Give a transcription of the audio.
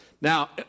Now